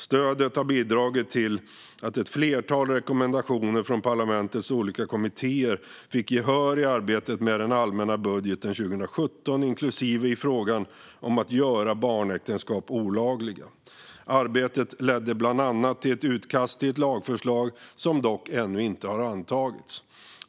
Stödet har bidragit till att ett flertal rekommendationer från parlamentets olika kommittéer fick gehör i arbetet med den allmänna budgeten 2017, inklusive i frågan om att göra barnäktenskap olagliga. Arbetet ledde bland annat till ett utkast till ett lagförslag, som dock ännu inte har antagits.